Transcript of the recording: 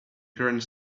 current